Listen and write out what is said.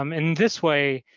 um in this way,